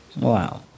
Wow